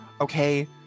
okay